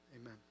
Amen